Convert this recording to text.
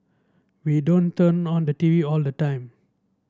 we don't turn on the T V all the time